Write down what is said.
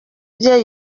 bye